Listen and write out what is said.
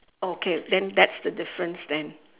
okay then that's the difference then